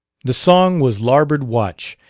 the song was larboard watch,